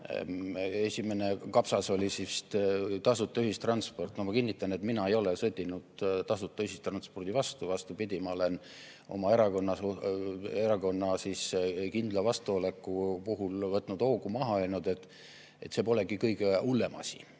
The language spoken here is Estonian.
esimene kapsas oli tasuta ühistransport. Ma kinnitan, et mina ei ole sõdinud tasuta ühistranspordi vastu. Vastupidi, ma olen oma erakonna kindla vastuoleku puhul võtnud hoogu maha ja öelnud, et see polegi kõige hullem asi.